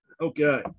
Okay